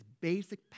basic